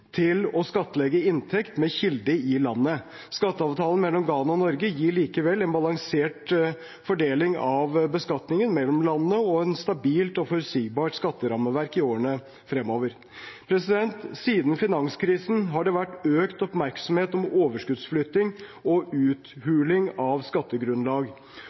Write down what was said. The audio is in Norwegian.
å skattlegge inntekt med kilde i landet. Skatteavtalen mellom Ghana og Norge gir likevel en balansert fordeling av beskatningen mellom landene og et stabilt og forutsigbart skatterammeverk i årene fremover. Siden finanskrisen har det vært økt oppmerksomhet om overskuddsflytting og uthuling av skattegrunnlag.